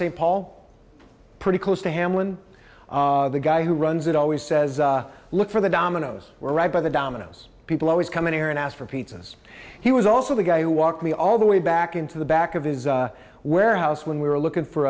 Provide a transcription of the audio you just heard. st paul pretty close to hamlin the guy who runs it always says look for the dominoes were right by the domino's people always come in here and ask for pizzas he was also the guy who walked me all the way back into the back of his warehouse when we were looking for